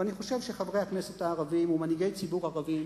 ואני חושב שחברי הכנסת הערבים ומנהיגי ציבור ערבים